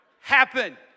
happen